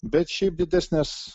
bet šiaip didesnės